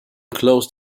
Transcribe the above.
close